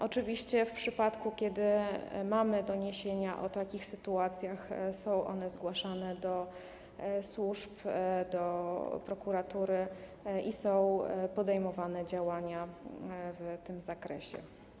Oczywiście w przypadku, kiedy mamy doniesienia o takich sytuacjach, są one zgłaszane do służb, do prokuratury i są podejmowane działania w tym zakresie.